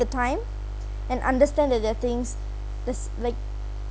the time and understand that that things just like